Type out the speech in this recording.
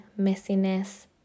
messiness